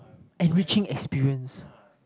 enriching experience